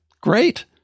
great